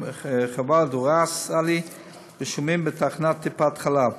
ח'וואלד וראס עלי רשומים בתחנת טיפת חלב,